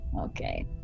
Okay